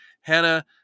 Hannah